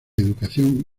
educación